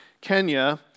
Kenya